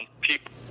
people